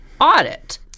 audit